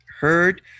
heard